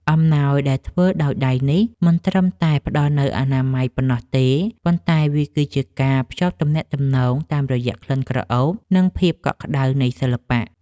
អំណោយដែលធ្វើដោយដៃនេះ មិនត្រឹមតែផ្តល់នូវអនាម័យប៉ុណ្ណោះទេ ប៉ុន្តែវាគឺជាការភ្ជាប់ទំនាក់ទំនងតាមរយៈក្លិនក្រអូប និងភាពកក់ក្ដៅនៃសិល្បៈ។។